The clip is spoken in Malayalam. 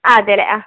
അതേല്ലെ അ